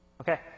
Okay